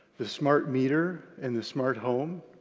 the smart meter and the smart home,